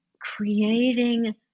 creating